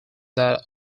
that